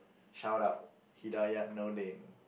shout out Hidayat Noordin